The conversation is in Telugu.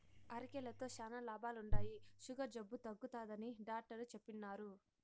అరికెలతో శానా లాభాలుండాయి, సుగర్ జబ్బు తగ్గుతాదని డాట్టరు చెప్పిన్నారు